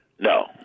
No